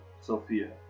Sophia